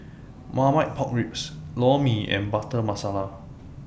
Marmite Pork Ribs Lor Mee and Butter Masala